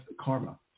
karma